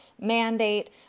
mandate